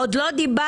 עוד לא דיברנו,